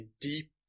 deep